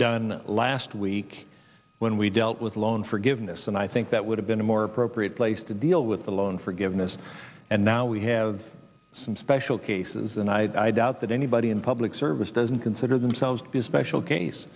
done last week when we dealt with loan forgiveness and i think that would have been a more appropriate place to deal with the loan forgiveness and now we have some special cases and i doubt that anybody in public service doesn't consider themselves to be a special case